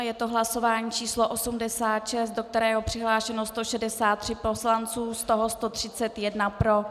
Je to hlasování číslo 86, do kterého je přihlášeno 163 poslanců, z toho 131 pro.